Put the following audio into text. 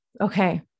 Okay